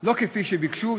ולא כפי שביקשו,